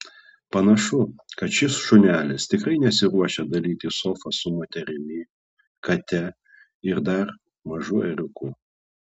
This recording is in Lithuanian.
panašu kad šis šunelis tikrai nesiruošia dalytis sofa su moterimi kate ir dar mažu ėriuku